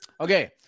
Okay